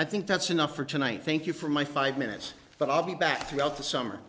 i think that's enough for tonight thank you for my five minutes but i'll be back throughout the summer